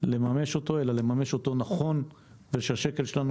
לממש אותו אלא לממש אותו נכון ושהשקל שלנו